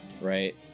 Right